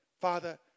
Father